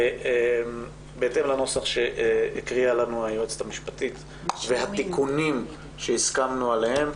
בהתאם לנוסח שהקריאה לנו היועצת המשפטית והתיקונים שהסכמנו עליהם